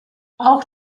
auch